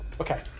Okay